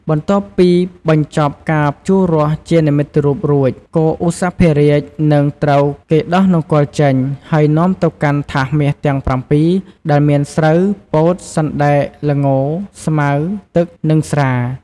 បន្ទាប់ពីបញ្ចប់ការភ្ជួររាស់ជានិមិត្តរូបរួច គោឧសភរាជនឹងត្រូវគេដោះនង្គ័លចេញ ហើយនាំទៅកាន់ថាសមាសទាំង ៧ ដែលមានស្រូវ ពោត សណ្ដែក ល្ង ស្មៅ ទឹក និងស្រា។